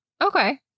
Okay